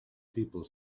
people